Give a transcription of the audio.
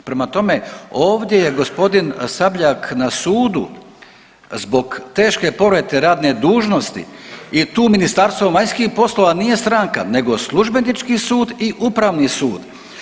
Prema tome, ovdje je gospodin Sabljak na sudu zbog teške povrede radne dužnosti i tu Ministarstvo vanjskih poslova nije stranka nego Službenički sud i Upravni sud.